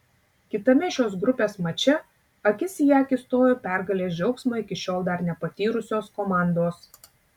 kitame šios grupės mače akis į akį stojo pergalės džiaugsmo iki šiol dar nepatyrusios komandos